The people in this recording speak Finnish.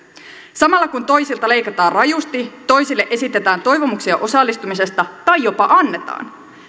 samalla kun toisilta leikataan rajusti toisille esitetään toivomuksia osallistumisesta tai jopa annetaan